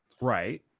Right